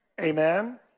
Amen